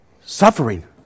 suffering